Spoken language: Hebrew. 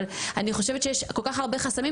אבל אני חושבת שיש כל כך הרבה חסמים